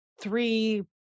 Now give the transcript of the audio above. three